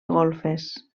golfes